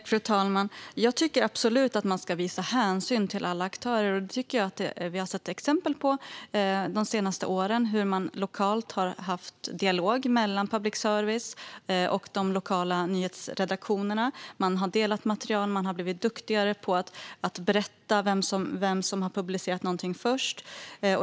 Fru talman! Jag tycker absolut att man ska visa hänsyn till alla aktörer, och jag tycker att vi har sett exempel på detta under de senaste åren. Man har lokalt haft en dialog mellan public service och de lokala nyhetsredaktionerna, man har delat material och man har blivit duktigare på att berätta vem som har publicerat någonting först.